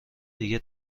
دیگه